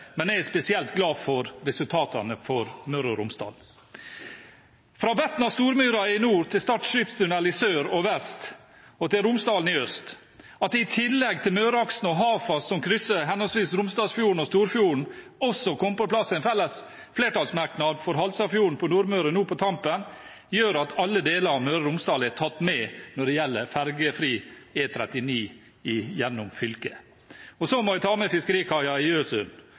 men jeg er spesielt glad for resultatene for Møre og Romsdal. Fra Betna–Stormyra i nord til Stad skipstunell i sør og vest og til Romsdalen i øst – at det i tillegg til Møreaksen og Hafast, som krysser henholdsvis Romsdalsfjorden og Storfjorden, også kom på plass en felles flertallsmerknad for Halsafjorden på Nordmøre nå på tampen, gjør at alle deler av Møre og Romsdal er tatt med når det gjelder ferjefri E39 gjennom fylket. Så må jeg ta med fiskerikaia i